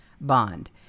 bond